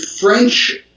French